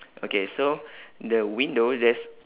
okay so the window there's